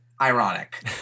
ironic